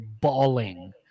bawling